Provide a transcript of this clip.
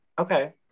Okay